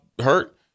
hurt